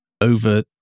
over